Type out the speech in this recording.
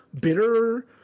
bitter